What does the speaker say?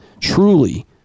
truly